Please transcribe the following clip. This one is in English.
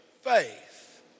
faith